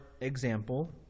example